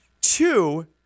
Two